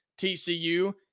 TCU